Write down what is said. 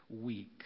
week